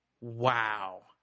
wow